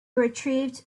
retrieved